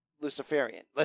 Luciferian